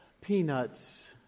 Peanuts